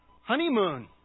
honeymoon